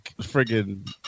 friggin